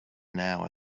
now